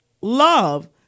Love